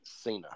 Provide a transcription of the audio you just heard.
Cena